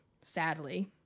sadly